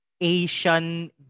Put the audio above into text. Asian